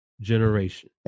generation